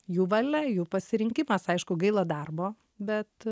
jų valia jų pasirinkimas aišku gaila darbo bet